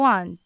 One